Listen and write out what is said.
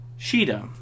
Shida